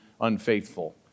unfaithful